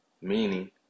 meaning